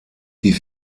die